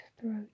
throat